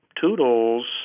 Toodles